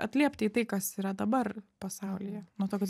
atliepti į tai kas yra dabar pasaulyje nuo to kad